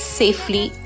safely